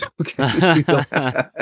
Okay